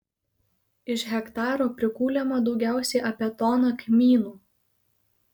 iš hektaro prikuliama daugiausiai apie toną kmynų